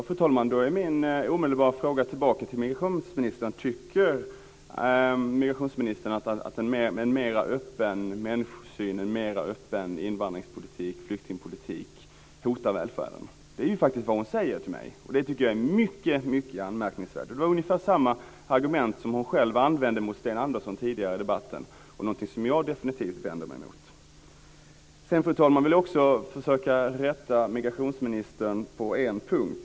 Fru talman! Då är min omedelbara fråga till migrationsministern om hon tycker att en mer öppen människosyn och en mer öppen invandrings och flyktingpolitik hotar välfärden. Det är faktiskt vad hon säger till mig. Det tycker jag är mycket anmärkningsvärt. Det var ungefär samma argument som hon själv använde mot Sten Andersson tidigare i debatten och någonting som jag definitivt vänder mig emot. Fru talman! Jag vill också försöka rätta migrationsministern på en punkt.